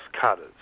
cutters